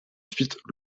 suite